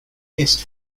hissed